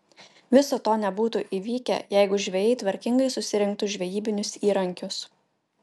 viso to nebūtų įvykę jeigu žvejai tvarkingai susirinktų žvejybinius įrankius